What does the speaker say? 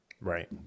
Right